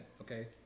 okay